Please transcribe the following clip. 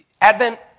Advent